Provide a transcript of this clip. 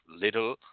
Little